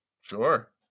Sure